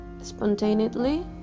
spontaneously